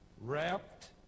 Wrapped